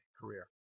career